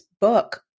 book